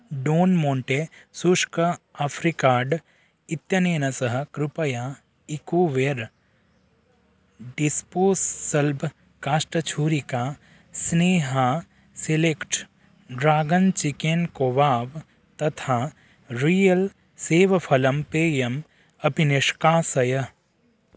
done मोण्टे सुश्क आफ़्रिकाड् इत्यनेन सह कृपया इकोवेर् डिस्पोस्सल्ब् काष्टछूरिका स्नेहा सिलेक्ट् ड्रागन् चिकेन् कोवाव् तथा रियल् सेवफलं पेयम् अपि निष्कासय आफ़्रिकाड् Ecoware disposable select dragon chicken कोवाव् रियल्